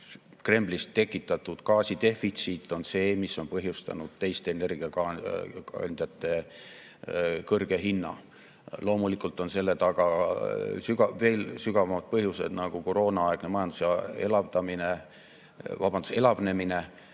Kremli tekitatud gaasidefitsiit on see, mis on põhjustanud ka teiste energiakandjate kõrge hinna. Loomulikult on selle taga veel sügavamad põhjused, nagu koroonaaegne majanduse elavnemine, väga suur likviidsus